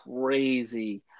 crazy